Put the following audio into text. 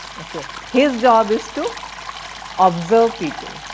ok. his job is to observe people.